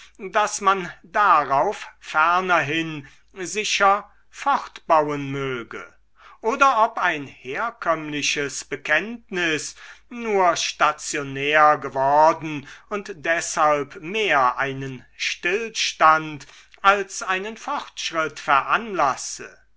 daß man darauf fernerhin sicher fortbauen möge oder ob ein herkömmliches bekenntnis nur stationär geworden und deshalb mehr einen stillstand als einen fortschritt veranlasse